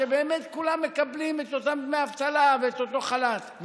באמת כולם מקבלים את אותם דמי אבטלה ואת אותו חל"ת,